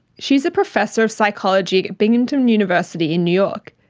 she is a professor of psychology at binghamton university in new york.